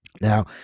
Now